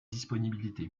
disponibilité